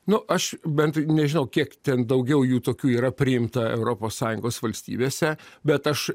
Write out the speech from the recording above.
nu aš bent nežinau kiek ten daugiau jų tokių yra priimta europos sąjungos valstybėse bet aš